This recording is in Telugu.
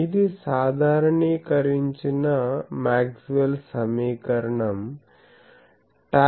ఇది సాధారణీకరించిన మాక్స్వెల్ సమీకరణం Maxwell's Equation